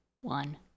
one